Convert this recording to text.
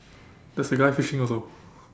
there's a guy fishing also